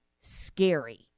scary